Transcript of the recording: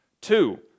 Two